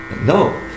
no